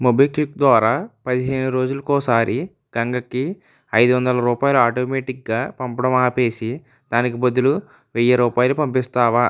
MobiKwik ద్వారా పదిహేను రోజులకోసారి గంగకి ఐదు వందల రూపాయలు ఆటోమెటిక్గా పంపడం ఆపేసి దానికి బదులు వెయ్యి రూపాయలు పంపిస్తావా